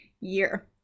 year